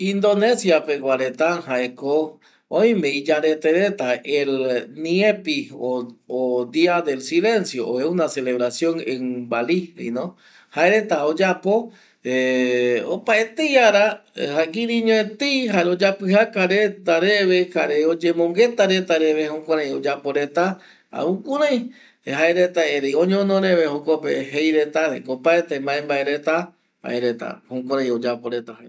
Indonesia pegua reta oime ko iyarete reta jae una celebración en bali jaereta oyapo ˂hesitation˃ opaetei ara kiri ño etei jare oyapijaka reta reve jare oyemongueta reta reve jukurei oyapo reta jaema jukurei jaereta erei oñono reve de que opaete vae vae reta jaereta jukurei oyaporeta